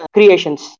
Creations